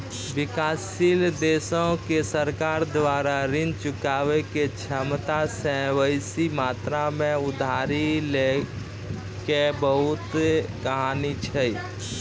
विकासशील देशो के सरकार द्वारा ऋण चुकाबै के क्षमता से बेसी मात्रा मे उधारी लै के बहुते कहानी छै